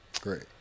Great